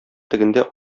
тегендә